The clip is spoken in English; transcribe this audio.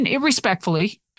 respectfully